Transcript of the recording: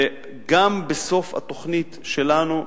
גם בסוף התוכנית שלנו,